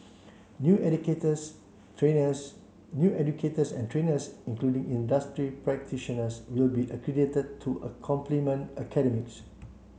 new educators trainers new educators and trainers including industry practitioners will be accredited to a complement academics